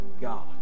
God